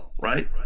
right